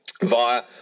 Via